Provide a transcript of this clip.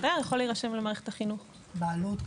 תייר יכול להירשם למערכת החינוך רגילה.